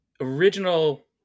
original